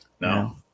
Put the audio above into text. No